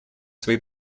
свои